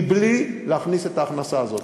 בלי להכניס את ההכנסה הזאת.